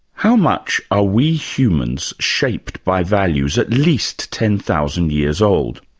how much are we humans shaped by values at least ten thousand years old?